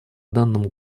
данному